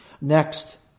Next